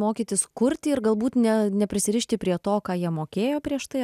mokytis kurti ir galbūt ne neprisirišti prie to ką jie mokėjo prieš tai